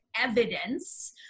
evidence